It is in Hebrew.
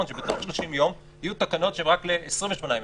שבתוך 30 יום יהיו תקנות שהן רק ל-28 ימים,